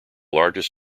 largest